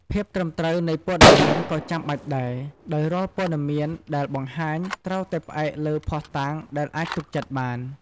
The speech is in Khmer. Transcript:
ភាពត្រឹមត្រូវនៃព័ត៌មានក៏ចាំបាច់ដែរ ដោយរាល់ព័ត៌មានដែលបង្ហាញត្រូវតែផ្អែកលើភស្តុតាងដែលអាចទុកចិត្តបាន។